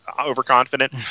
overconfident